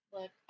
Look